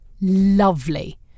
lovely